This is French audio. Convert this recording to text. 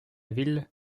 ville